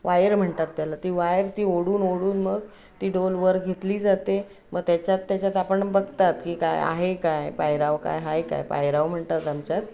wire म्हणतात त्याला ती वायर ती ओढून ओढून मग ती डोलवर घेतली जाते मग त्याच्यात त्याच्यात आपण बघतात की काय आहे काय पायराव काय आहे काय पायराव म्हणतात आमच्यात